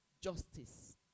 justice